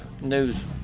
news